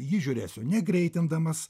jį žiūrėsiu negreitindamas